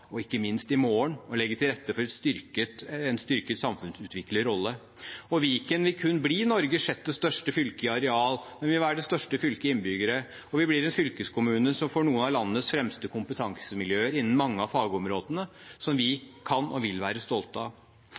og ikke minst i morgen og å legge til rette for en styrket samfunnsutviklerrolle. Viken vil kun bli Norges sjette største fylke i areal, men det vil være det største fylket i innbyggertall, og vi blir en fylkeskommune som får noen av landets fremste kompetansemiljøer innen mange av fagområdene som vi kan og vil være stolte av.